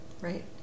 right